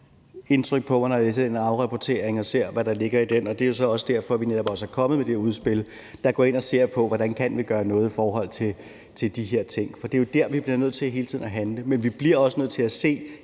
indtryk på mig, når jeg ser, hvad der ligger i den afrapportering. Det er jo så også derfor, at vi netop er kommet med det udspil, hvor vi går ind og ser på, hvordan vi kan gøre noget i forhold til de her ting. For det er jo der, vi bliver nødt til hele tiden at handle, men vi bliver også nødt til at se